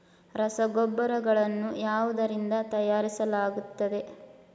ರಸಗೊಬ್ಬರಗಳನ್ನು ಯಾವುದರಿಂದ ತಯಾರಿಸಲಾಗುತ್ತದೆ?